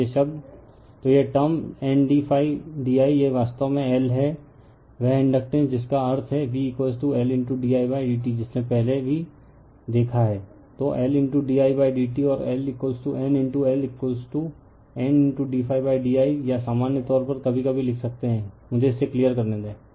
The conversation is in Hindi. तो यह term N d d i यह वास्तव में L है वह इंडकटेन्स जिसका अर्थ है vL d i d t जिसने पहले भी देखा है तो L d i d t और LN L Nd d i या सामान्य तौर पर कभी कभी लिख सकते हैं मुझे इसे क्लियर करने दें